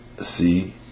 see